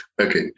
Okay